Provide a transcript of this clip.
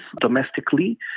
domestically